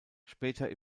später